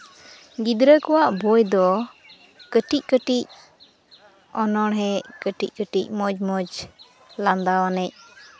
ᱜᱤᱫᱽᱨᱟᱹ ᱠᱚᱣᱟᱜ ᱵᱳᱭ ᱫᱚ ᱠᱟᱹᱴᱤᱡ ᱠᱟᱹᱴᱤᱡ ᱚᱱᱚᱬᱦᱮ ᱠᱟᱹᱴᱤᱡ ᱠᱟᱹᱴᱤᱡ ᱢᱚᱡᱽ ᱢᱚᱡᱽ ᱞᱟᱸᱫᱟ ᱟᱹᱱᱤᱡ